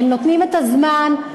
הם נותנים את הזמן,